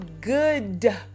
good